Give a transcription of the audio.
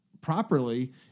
properly